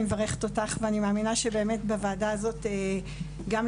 אני מברכת אותך ואני מאמינה שבוועדה הזאת קולנו כן יישמע,